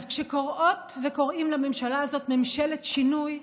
אז כשקוראות וקוראים לממשלה הזאת "ממשלת שינוי",